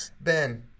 Ben